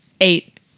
eight